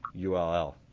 ULL